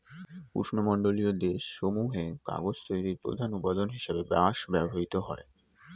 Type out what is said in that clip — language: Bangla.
উষ্ণমণ্ডলীয় দেশ সমূহে কাগজ তৈরির প্রধান উপাদান হিসেবে বাঁশ ব্যবহৃত হয়